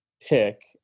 pick